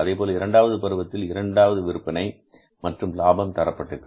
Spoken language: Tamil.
அதேபோல் இரண்டாவது பருவத்தில் இரண்டாவது விற்பனை மற்றும் லாபம் தரப்பட்டிருக்கிறது